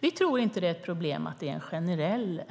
Vi tror inte att det är ett problem att det är en generell